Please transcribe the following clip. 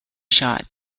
shot